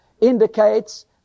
indicates